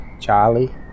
Charlie